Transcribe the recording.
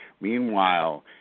Meanwhile